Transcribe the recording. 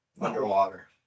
underwater